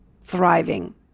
thriving